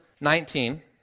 19